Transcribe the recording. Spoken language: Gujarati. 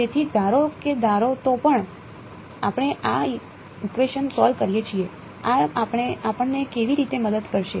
તેથી ધારો કે ધારો તો પણ આપણે આ ઇકવેશન સોલ્વ કરીએ છીએ આ આપણને કેવી રીતે મદદ કરશે